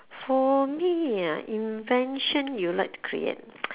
for me ah invention you'd like to create